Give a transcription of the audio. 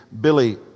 Billy